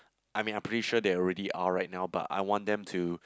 I mean I pretty sure they already are right now but I want them to